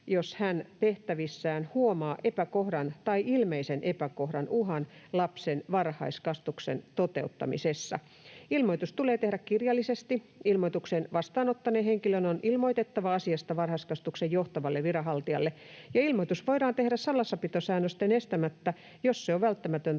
jos hän tehtävissään huomaa epäkohdan tai ilmeisen epäkohdan uhan lapsen varhaiskasvatuksen toteuttamisessa. Ilmoitus tulee tehdä kirjallisesti. Ilmoituksen vastaanottaneen henkilön on ilmoitettava asiasta varhaiskasvatuksen johtavalle viranhaltijalle. Ilmoitus voidaan tehdä salassapitosäännösten estämättä, jos se on välttämätöntä